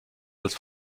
als